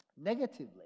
Negatively